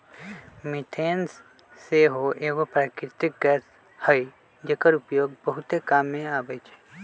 methane सेहो एगो प्राकृतिक गैस हई जेकर उपयोग बहुते काम मे अबइ छइ